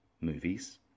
Movies